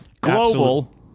Global